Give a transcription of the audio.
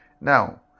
Now